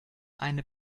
eine